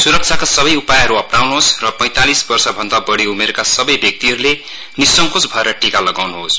सुरक्षाका सबै उपायहरु अप्नाउनहोस् र पैंतालिस वर्षभन्दा बढी उमेरका सबै व्यक्तिहरुले निसङ्कोच भएर टीका लगाउनुहोस